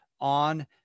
on